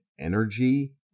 energy